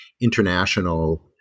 international